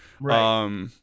Right